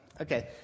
Okay